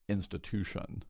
institution